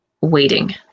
waiting